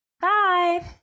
bye